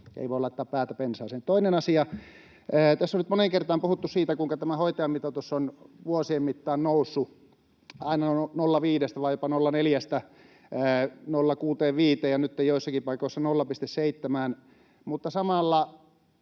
Ei voi laittaa päätä pensaaseen. Toinen asia: Tässä on nyt moneen kertaan puhuttu siitä, kuinka tämä hoitajamitoitus on vuosien mittaan noussut aina 0,5:stä, vai jopa 0,4:stä, 0,65:een ja nytten joissakin paikoissa 0,7:ään, mutta samalla